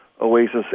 oasis